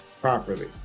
properly